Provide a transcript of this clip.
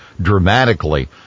dramatically